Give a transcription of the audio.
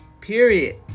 period